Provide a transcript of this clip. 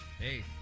Hey